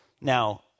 Now